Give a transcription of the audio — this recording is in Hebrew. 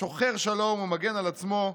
שוחר שלום ומגן על עצמו,